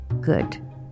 Good